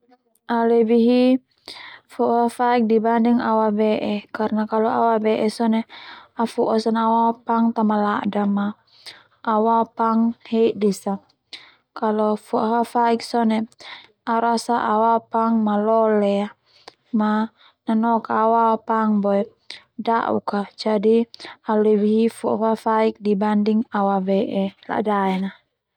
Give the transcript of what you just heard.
Au lebih hi fo'a fafaik di banding au abe'e karna kalo au abe'e sone au foa sone au aopang ta malada au aopang hedis a, kalo fo'a fafaik sone au rasa au aopang malole a ma nanok ka au aopang boe da'uk a jadi au lebih hi fo'a fafaik dibanding au abe'e ladaen a.